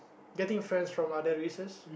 getting friends from other races